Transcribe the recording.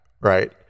right